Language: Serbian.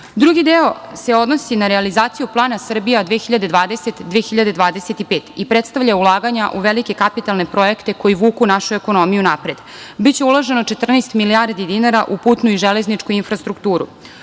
deo se odnosi na realizaciju plana „Srbija 20-25“ i predstavlja ulaganja u velike kapitalne projekte koji vuku našu ekonomiju napred. Biće uloženo 14 milijardi dinara u putnu i železničku infrastrukturu.